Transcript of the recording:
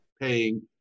paying